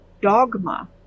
dogma